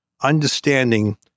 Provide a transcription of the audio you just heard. understanding